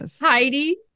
Heidi